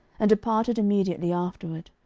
and departed immediately afterward.